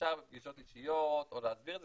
אפשר בפגישות אישיות להסביר את זה,